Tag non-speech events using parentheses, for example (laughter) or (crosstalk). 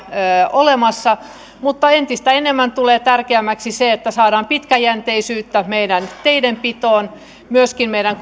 olemassa mutta entistä enemmän tulee tärkeämmäksi se että saadaan pitkäjänteisyyttä meidän teidenpitoon ja myöskin meidän (unintelligible)